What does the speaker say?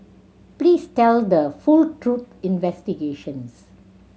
please tell the full truth investigations